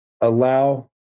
allow